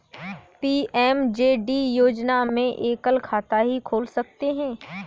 PMJD योजना में एकल खाता ही खोल सकते है